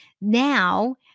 Now